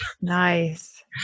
Nice